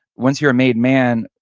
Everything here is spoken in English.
once you're a made man,